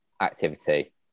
activity